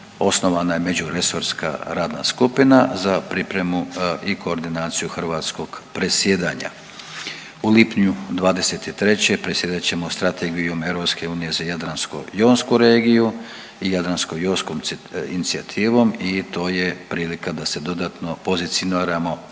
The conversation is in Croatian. Osnovana je međuresorska radna skupina za pripremu i koordinaciju hrvatskog predsjedanja. U lipnju '23. predsjedat ćemo Strategijom EU za Jadransko-jonsku regiju i Jadransko-jonskom inicijativom i to je prilika da se dodatno pozicioniramo